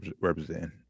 represent